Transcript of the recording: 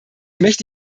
möchte